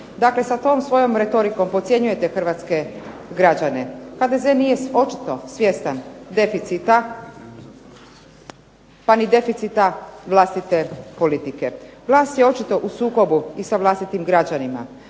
Dakle sa tom svojom retorikom podcjenjujete hrvatske građane. HDZ nije očito svjestan deficita, pa ni deficita vlastite politike. Vlast je očito u sukobu i sa vlastitim građanima.